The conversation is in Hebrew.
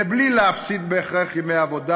ובלי להפסיד בהכרח ימי עבודה